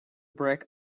brick